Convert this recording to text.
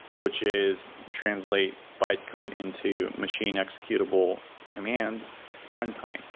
which is translate bycode into machine-executable commands runtime.